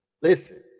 Listen